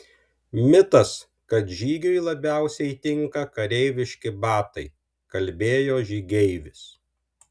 mitas kad žygiui labiausiai tinka kareiviški batai kalbėjo žygeivis